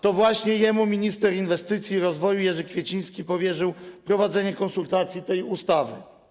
To właśnie jemu minister inwestycji i rozwoju Jerzy Kwieciński powierzył prowadzenie konsultacji tej ustawy.